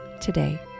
today